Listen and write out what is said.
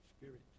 spirit